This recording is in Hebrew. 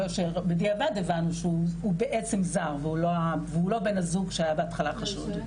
בדיעבד הבנו שהוא בעצם זר והוא לא בן הזוג שהיה בהתחלה חשוד.